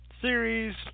series